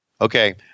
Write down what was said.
Okay